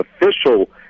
official